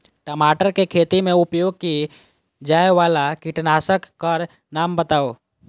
टमाटर केँ खेती मे उपयोग की जायवला कीटनासक कऽ नाम बताऊ?